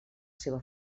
seva